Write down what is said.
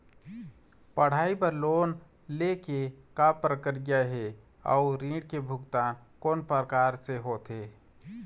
पढ़ई बर लोन ले के का प्रक्रिया हे, अउ ऋण के भुगतान कोन प्रकार से होथे?